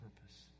purpose